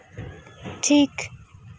ᱴᱷᱤᱠ